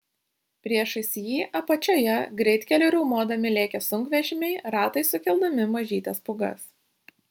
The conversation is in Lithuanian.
priešais jį apačioje greitkeliu riaumodami lėkė sunkvežimiai ratais sukeldami mažytes pūgas